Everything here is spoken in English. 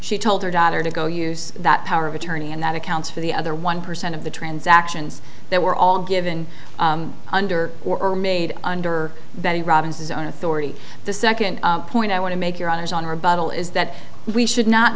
she told her daughter to go use that power of attorney and that accounts for the other one percent of the transactions that were all given under or made under very robinson's own authority the second point i want to make your honor is on her bottle is that we should not